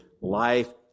life